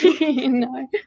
no